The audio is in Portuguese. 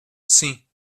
sim